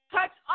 Touch